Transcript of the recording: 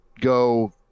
go